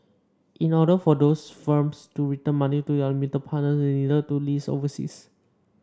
in order for those firms to return money to their limited partners they needed to list overseas